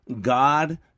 God